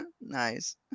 Nice